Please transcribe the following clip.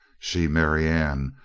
she, marianne,